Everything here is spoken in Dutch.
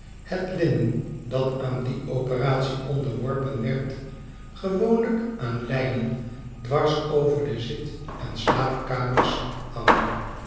het linnen dat aan die operatie onderworpen verd gewoonlijk aan lijnen dwars over de zit en slaapkamers hangen